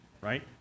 right